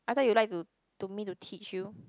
I thought you like to to me to teach you